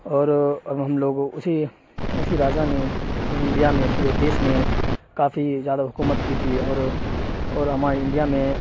اور اب ہم لوگوں اسی اسی راجا نے انڈیا میں پورے دیش میں کافی زیادہ حکومت کی تھی اور اور ہمارے انڈیا میں